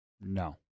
No